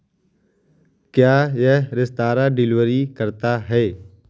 क्या यह restaurant delivery करता है